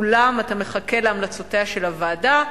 אולם אתה מחכה להמלצותיה של הוועדה.